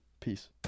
peace